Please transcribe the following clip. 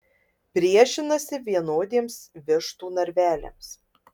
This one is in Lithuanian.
priešinasi vienodiems vištų narveliams